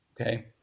Okay